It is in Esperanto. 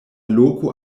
loko